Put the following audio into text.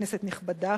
כנסת נכבדה,